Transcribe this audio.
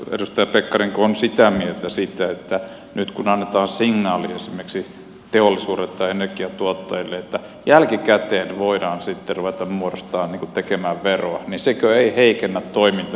edustaja pekkarinenko on sitä mieltä että nyt kun annetaan signaali esimerkiksi teollisuudelle tai energiantuottajille että jälkikäteen voidaan sitten ruveta tekemään veroa niin sekö ei heikennä toimintaympäristöä että sanotaan että uusille investoinneille ei enää